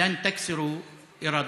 לא תשברו את רוחנו.)